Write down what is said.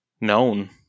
known